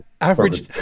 average